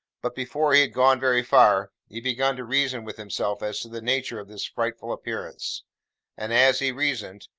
but before he had gone very far, he began to reason with himself as to the nature of this frightful appearance and as he reasoned,